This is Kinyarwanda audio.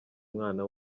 umwana